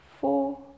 four